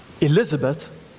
Elizabeth